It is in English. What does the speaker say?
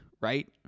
right